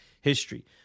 history